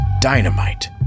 Dynamite